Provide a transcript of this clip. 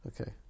Okay